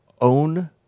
own